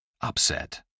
Upset